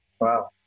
Wow